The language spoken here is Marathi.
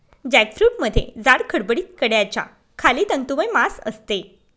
जॅकफ्रूटमध्ये जाड, खडबडीत कड्याच्या खाली तंतुमय मांस असते